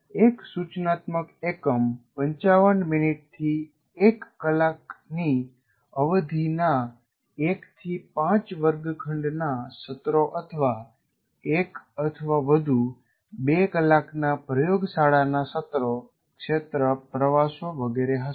એક સૂચનાત્મક એકમ 55 મિનિટથી 1 કલાકની અવધિના 1 થી 5 વર્ગખંડના સત્રો અથવા એક અથવા વધુ બે કલાકના પ્રયોગશાળાના સત્રો ક્ષેત્ર પ્રવાસો વગેરે હશે